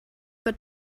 wird